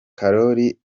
korali